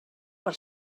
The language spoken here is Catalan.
per